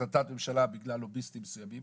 להחלטת ממשלה, בגלל לוביסטים מסוימים.